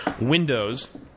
Windows